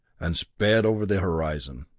and sped over the horizon.